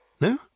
No